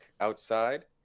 outside